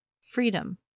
freedom